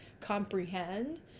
comprehend